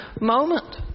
moment